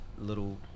little